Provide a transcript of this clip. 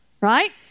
Right